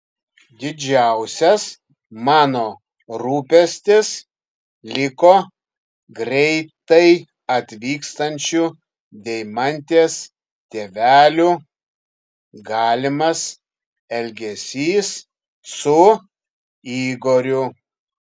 didžiausias mano rūpestis liko greitai atvykstančių deimantės tėvelių galimas elgesys su igoriu